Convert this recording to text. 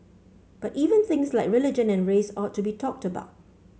but even things like religion and race ought to be talked about